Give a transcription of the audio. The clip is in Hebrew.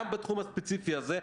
גם בתחום הספציפי הזה,